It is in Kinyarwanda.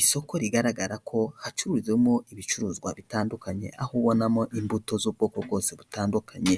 Isoko rigaragara ko hacururizwamo ibicuruzwa bitandukanye aho ubonamo imbuto z'ubwoko bwose butandukanye,